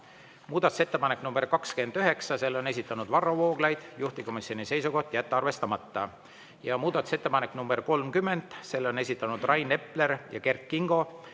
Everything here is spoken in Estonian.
Muudatusettepanek nr 29, selle on esitanud Varro Vooglaid, juhtivkomisjoni seisukoht: jätta arvestamata. Muudatusettepanek nr 30, selle on esitanud Rain Epler ja Kert Kingo,